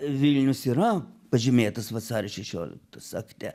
vilnius yra pažymėtas vasario šešioliktos akte